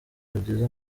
rugize